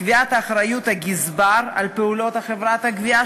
קביעת אחריות הגזבר לפעולות חברת הגבייה,